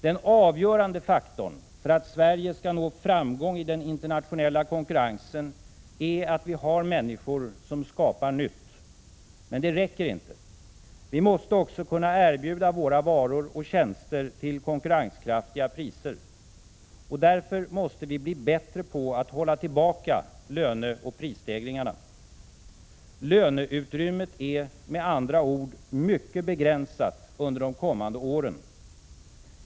Den avgörande faktorn för att Sverige skall nå framgång i den internationella konkurrensen är att vi har människor som skapar nytt. Men det räcker inte. Vi måste också kunna erbjuda våra varor och tjänster till konkurrens kraftiga priser. Därför måste vi bli bättre på att hålla tillbaka löneoch prisstegringarna. Löneutrymmet är med andra ord mycket begränsat under de kommande åren.